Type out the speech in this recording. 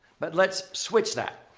but let's switch that.